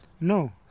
No